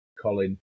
colin